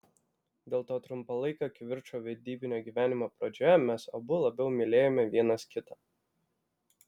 dėl to trumpalaikio kivirčo vedybinio gyvenimo pradžioje mes abu labiau mylėjome vienas kitą